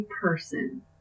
person